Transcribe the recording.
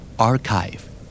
Archive